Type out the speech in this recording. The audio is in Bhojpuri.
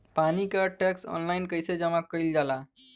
पानी क टैक्स ऑनलाइन कईसे जमा कईल जाला?